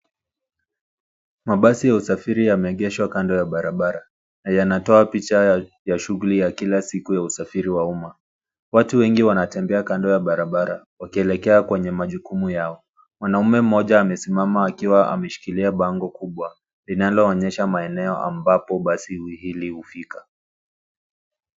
Mabasi ya usafiri yameegeshwa kando ya barabara. Yanatoa picha ya shughuli za kila siku ya usafiri wa umma. Watu wengi wanatembea kando ya barabara wakielekea kwenye majukumu yao. Mwanaume mmoja amesimama akiwa ameshikilia bango kubwa linaloonyesha maeneo ambapo basi hili hufika.